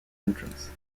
entrance